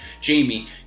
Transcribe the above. Jamie